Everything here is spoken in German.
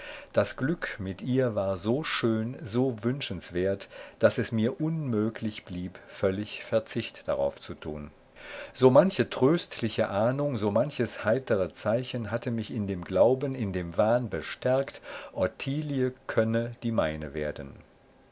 das glück mit ihr war so schön so wünschenswert daß es mir unmöglich blieb völlig verzicht darauf zu tun so manche tröstliche ahnung so manches heitere zeichen hatte mich in dem glauben in dem wahn bestärkt ottilie könne die meine werden